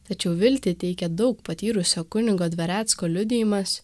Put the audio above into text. tačiau viltį teikia daug patyrusio kunigo dvarecko liudijimas